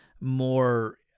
more